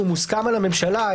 שהוא מוסכם על הממשלה.